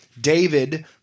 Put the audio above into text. David